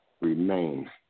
remain